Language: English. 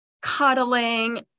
cuddling